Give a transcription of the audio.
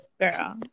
girl